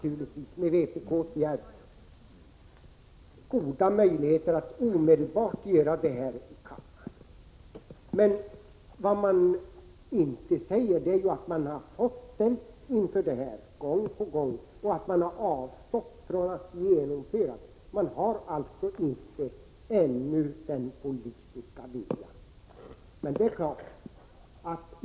I så fall har de goda möjligheter att med vpk:s hjälp omedelbart göra det efter beslut här i kammaren. Vad socialdemokraterna inte talar om är att de har ställts inför den här frågan flera gånger men avstått från att göra någonting. De har alltså ännu inte den politiska viljan.